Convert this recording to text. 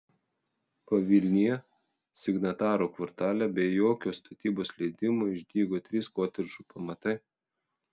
pavilnyje signatarų kvartale be jokių statybos leidimų išdygo trys kotedžų pamatai